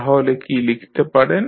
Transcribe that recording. তাহলে কী লিখতে পারেন